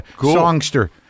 songster